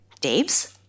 Dave's